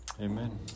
Amen